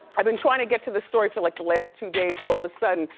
i've been trying to get to this story for like, the last two days, but all the sudden,